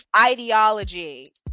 ideology